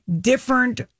different